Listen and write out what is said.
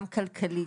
גם כלכלית.